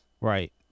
Right